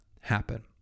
happen